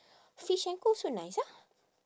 Fish & Co. also nice ah